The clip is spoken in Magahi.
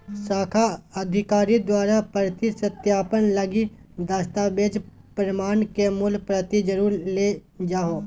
शाखा अधिकारी द्वारा प्रति सत्यापन लगी दस्तावेज़ प्रमाण के मूल प्रति जरुर ले जाहो